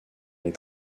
les